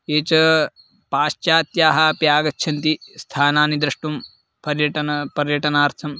ये च पाश्चात्याः अपि आगच्छन्ति स्थानानि द्रष्टुं पर्यटनार्थं पर्यटनार्थं